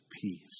peace